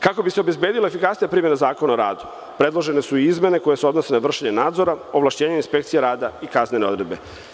Kako bi se obezbedila efikasnija primena Zakona o radu, predložene su i izmene koje se odnose na vršenje nadzora, ovlašćenja Inspekcije rada i kaznene odredbe.